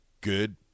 good